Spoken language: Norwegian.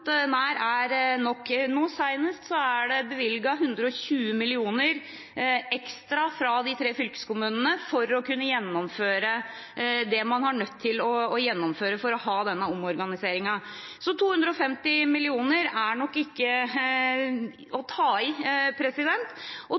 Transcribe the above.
nok. Nå sist er det bevilget 120 mill. kr ekstra fra de tre fylkeskommunene for å kunne gjennomføre det man er nødt til i denne omorganiseringen. Så 250 mill. kr er nok ikke å ta i.